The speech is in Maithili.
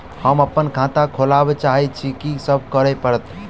हम अप्पन खाता खोलब चाहै छी की सब करऽ पड़त?